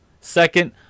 Second